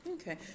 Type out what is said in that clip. Okay